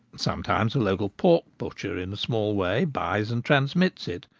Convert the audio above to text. sometimes a local pork-butcher in a small way buys and transmits it,